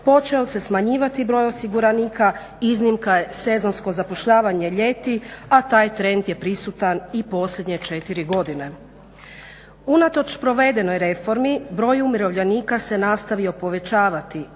počeo se smanjivati broj osiguranika. Iznimka je sezonsko zapošljavanje ljeti, a taj trend je prisutan i posljednje četiri godine. Unatoč provedenoj reformi broj umirovljenika se nastavio povećavati